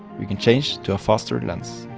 you can change to a faster lens.